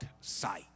sight